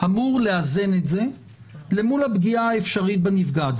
אמור לאזן את זה למול הפגיעה האפשרית בנפגעת.